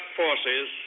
forces